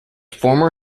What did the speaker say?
former